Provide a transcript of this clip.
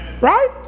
right